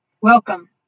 Welcome